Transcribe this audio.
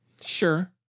Sure